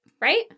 Right